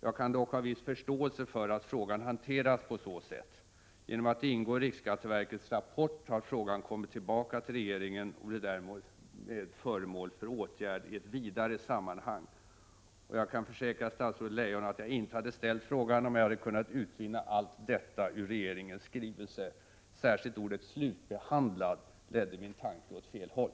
Jag kan dock ha viss förståelse för att frågan hanterats på detta sätt. Genom att ingå i riksskatteverkets rapport har frågan kommit tillbaka till regeringen och blir därmed föremål för åtgärd i ett vidare sammanhang. Jag kan försäkra statsrådet Leijon att jag inte hade ställt frågan om jag hade kunnat utvinna allt detta ur regeringens skrivelse. Särskilt ordet ”slutbehandlad” ledde min tanke åt fel håll.